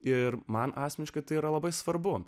ir man asmeniškai tai yra labai svarbu